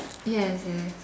yes yes